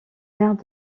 aire